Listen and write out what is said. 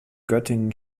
göttingen